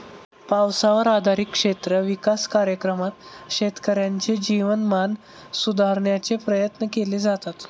पावसावर आधारित क्षेत्र विकास कार्यक्रमात शेतकऱ्यांचे जीवनमान सुधारण्याचे प्रयत्न केले जातात